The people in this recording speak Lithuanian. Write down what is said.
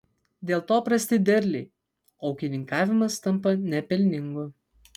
dėl to prasti derliai o ūkininkavimas tampa nepelningu